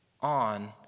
on